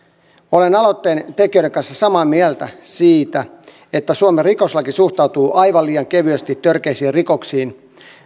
olen aloitteen tekijöiden kanssa samaa mieltä siitä että suomen rikoslaki suhtautuu aivan liian kevyesti törkeisiin rikoksiin